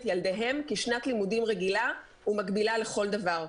ילדיהם כשנת לימודים רגילה ומקבילה לכל דבר.